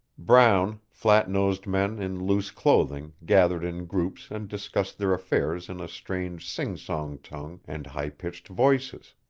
brown, flat-nosed men in loose clothing gathered in groups and discussed their affairs in a strange singsong tongue and high-pitched voices.